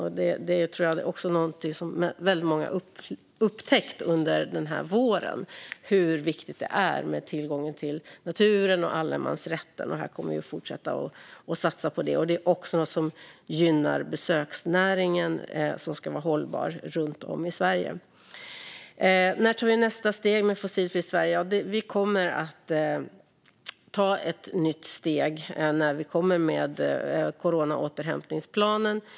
Hur viktig tillgången till naturen och allemansrätten är tror jag att många har upptäckt den här våren. Vi kommer att fortsätta satsa på det. Det är också något som gynnar besöksnäringen, som ska vara hållbar, runt om i Sverige. Jens Holm frågade när vi ska ta nästa steg med Fossilfritt Sverige. Vi kommer att ta ett nytt steg när vi kommer med återhämtningsplanen efter corona.